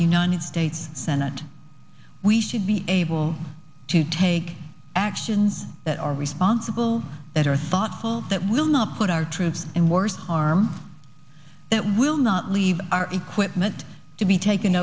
united states senate we should be able to take actions that are responsible that are thoughtful that will not put our troops and worse harm that will not leave our equipment to be taken